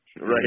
Right